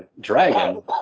dragon